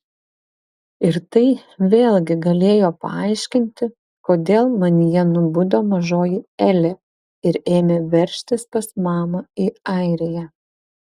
ir tai vėlgi galėjo paaiškinti kodėl manyje nubudo mažoji elė ir ėmė veržtis pas mamą į airiją